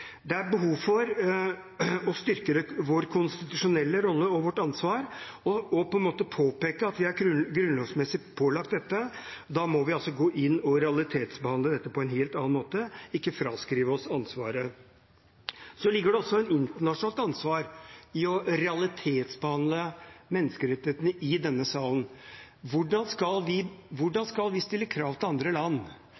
Det er behov for å styrke vår konstitusjonelle rolle og vårt ansvar og påpeke at vi er grunnlovsmessig pålagt dette. Da må vi altså gå inn og realitetsbehandle dette på en helt annen måte – ikke fraskrive oss ansvaret. Det ligger også et internasjonalt ansvar i å realitetsbehandle menneskerettighetene i denne sal. Hvordan skal vi stille krav til andre land som har massive brudd på menneskerettighetene? Hvordan